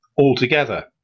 altogether